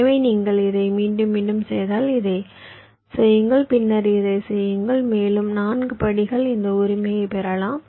எனவே நீங்கள் இதை மீண்டும் மீண்டும் செய்தால் இதைச் செய்யுங்கள் பின்னர் இதைச் செய்யுங்கள் மேலும் 4 படிகள் இந்த உரிமையைப் பெறலாம்